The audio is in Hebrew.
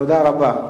תודה רבה.